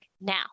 now